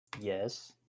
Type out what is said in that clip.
Yes